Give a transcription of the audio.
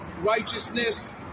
righteousness